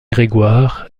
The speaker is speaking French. grégoire